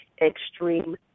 extreme